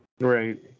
Right